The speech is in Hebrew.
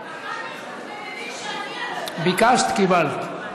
ביקשת, קיבלת.